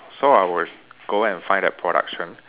so I would go and find that production